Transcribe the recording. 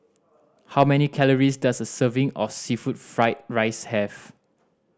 how many calories does a serving of seafood fried rice have